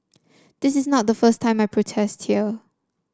this is not the first time I protest here